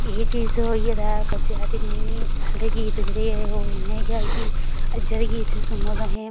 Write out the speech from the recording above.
एह् चीज़ होई गेदा बच्चे आक्खदे नेईं पैह्ले गीत जेह्ड़े हे ओह् इंया गै ऐहे ते अज्जै दे गीत सुनने असें